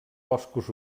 boscos